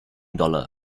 dollar